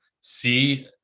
See